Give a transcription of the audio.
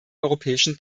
europäischen